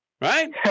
right